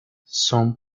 son